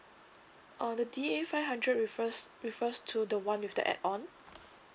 oh the D A five hundred refers refers to the one with the add on